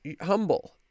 humble